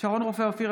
שרון רופא אופיר,